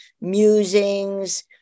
musings